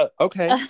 okay